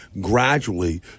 gradually